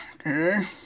okay